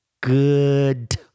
good